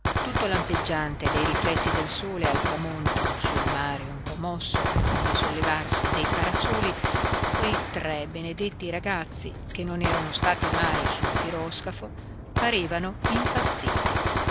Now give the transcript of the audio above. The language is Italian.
tutto lampeggiante dei riflessi del sole al tramonto sul mare un po mosso a ogni sollevarsi dei parasoli quei tre benedetti ragazzi che non erano stati mai su un piroscafo parevano impazziti